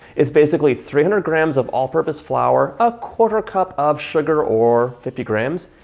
is basically three hundred grams of all purpose flour, a quarter cup of sugar or fifty grams.